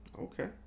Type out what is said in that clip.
Okay